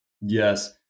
Yes